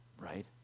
right